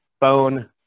phone